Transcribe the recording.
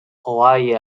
hawaii